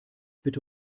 bitte